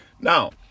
now